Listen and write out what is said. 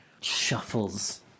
shuffles